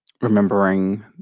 remembering